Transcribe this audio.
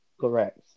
Correct